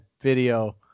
video